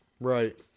Right